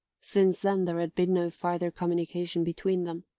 since then there had been no farther communication between them,